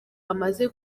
amaze